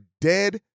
dead